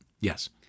Yes